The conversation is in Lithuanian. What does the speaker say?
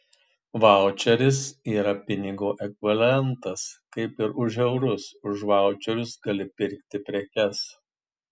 vaučeris yra pinigo ekvivalentas kaip ir už eurus už vaučerius gali pirkti prekes